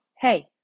hey